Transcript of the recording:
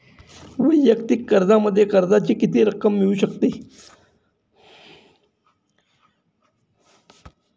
वैयक्तिक कर्जामध्ये कर्जाची किती रक्कम मिळू शकते?